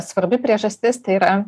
svarbi priežastis tai yra